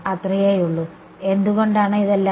അത്രയേയുള്ളൂ എന്തുകൊണ്ടാണ് ഇതെല്ലാം